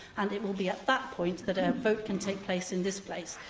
and it will be at that point that a vote can take place in this place.